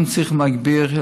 אנחנו צריכים להגביר,